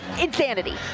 insanity